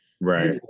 right